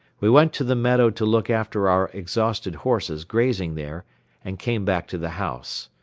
we went to the meadow to look after our exhausted horses grazing there and came back to the house.